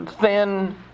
thin